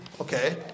Okay